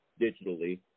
digitally